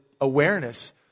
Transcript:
awareness